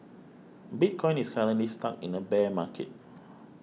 bitcoin is currently stuck in a bear market